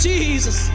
Jesus